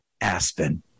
Aspen